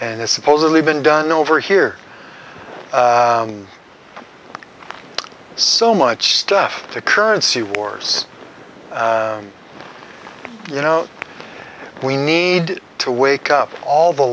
and it's supposedly been done over here so much stuff to currency wars you know we need to wake up all the